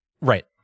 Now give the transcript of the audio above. Right